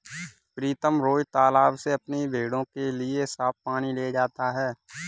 प्रीतम रोज तालाब से अपनी भेड़ों के लिए साफ पानी ले जाता है